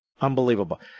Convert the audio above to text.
Unbelievable